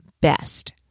best